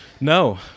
No